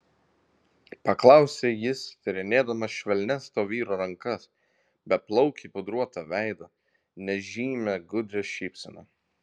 paklausė jis tyrinėdamas švelnias to vyro rankas beplaukį pudruotą veidą nežymią gudrią šypseną